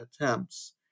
attempts